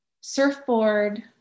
surfboard